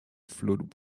flood